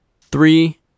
Three